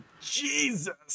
Jesus